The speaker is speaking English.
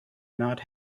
not